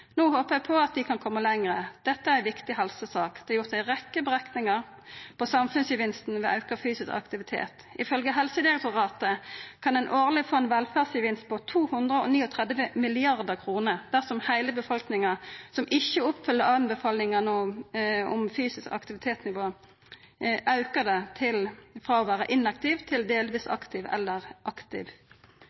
No håpar eg at vi kan koma lenger. Dette er ei viktig helsesak. Det er gjort ei rekkje berekningar på samfunnsgevinsten ved auka fysisk aktivitet. Ifølgje Helsedirektoratet kan ein årleg få ein velferdsgevinst på 239 mrd. kr dersom heile befolkninga som ikkje oppfyller anbefalingane om auka fysisk aktivitetsnivå, frå å vera inaktiv til å vera delvis aktiv eller aktiv.